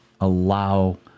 allow